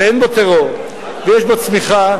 שאין בו טרור ויש בו צמיחה,